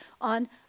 on